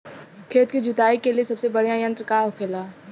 खेत की जुताई के लिए सबसे बढ़ियां यंत्र का होखेला?